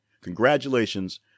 Congratulations